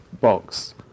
box